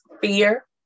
Fear